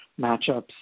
matchups